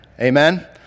Amen